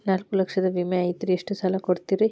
ನಾಲ್ಕು ಲಕ್ಷದ ವಿಮೆ ಐತ್ರಿ ಎಷ್ಟ ಸಾಲ ಕೊಡ್ತೇರಿ?